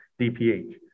DPH